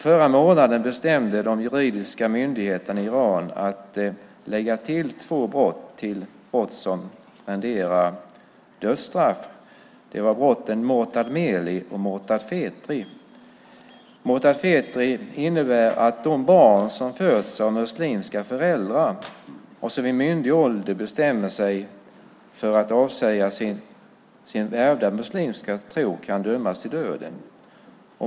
Förra månaden bestämde de juridiska myndigheterna i Iran att lägga till två brott till brott som renderar dödsstraff. Det var brotten Mortad Meli och Mortad Fetri . Mortad Fetri innebär att de barn som föds av muslimska föräldrar och som vid myndig ålder bestämmer sig för att avsäga sig sin ärvda muslimska tro kan dömas till döden.